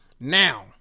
Now